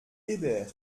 hébert